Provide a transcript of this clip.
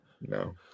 No